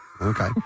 Okay